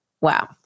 wow